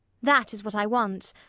that is what i want.